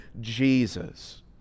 Jesus